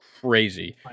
Crazy